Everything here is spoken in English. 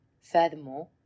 Furthermore